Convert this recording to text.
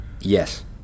Yes